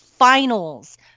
finals